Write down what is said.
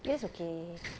weekdays okay